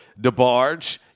debarge